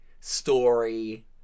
story